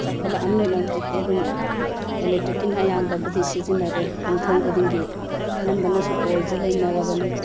ꯆꯥꯎꯈꯠꯂꯛꯑꯕꯅꯤꯅ ꯍꯧꯖꯤꯛꯇꯤ ꯑꯗꯨꯝ ꯑꯦꯂꯦꯛꯇ꯭ꯔꯤꯛꯀꯤꯅ ꯑꯌꯥꯝꯕꯕꯨꯗꯤ ꯁꯤꯖꯤꯟꯅꯔꯦ ꯌꯨꯝꯊꯣꯡ ꯈꯨꯗꯤꯡꯒꯤ ꯑꯅꯝꯕꯅꯁꯨ ꯀꯣꯟꯁꯤ ꯂꯩꯅꯔꯕꯅꯤ